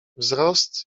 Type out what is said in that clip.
wzrost